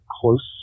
close